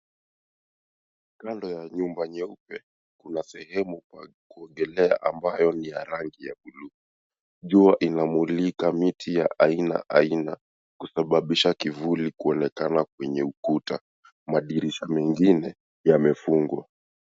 Kando ya nyumba nyeupe kuna sehemu pa kuogelea ambayo ni ya rangi ya buluu. Jua inamulika miti ya aina aina kusababisha kivuli kionekana kwenye ukuta madirisha mingine yamefungwa.